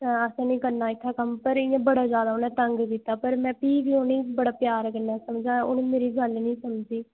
अ'सें निं करना इत्थै कम्म पर इ'यां बड़ा जैदा उ'नें तंग कीता पर में भी बी उ'नें गी बड़े प्यार कन्नै समझाया उ'नें मेरी गल्ल निं समझी